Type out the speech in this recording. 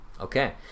Okay